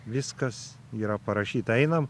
viskas yra parašyta einam